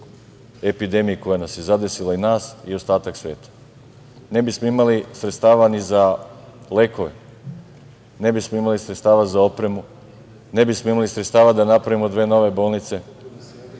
epidemiji koja nas je zadesila, nas i ostatak sveta. Ne bismo imali ni sredstava za lekove, ne bismo imali sredstava za opremu, ne bismo imali sredstava da napravimo dve nove bolnice.